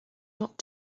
not